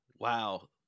Wow